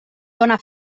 done